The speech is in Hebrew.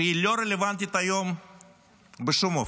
שהיא לא רלוונטית היום בשום אופן.